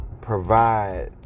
provide